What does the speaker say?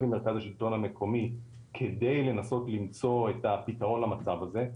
עם מרכז השלטון המקומי כדי לנסות למצוא את הפתרון למצב הזה,